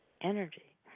energy